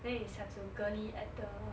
then you have to 隔离 at the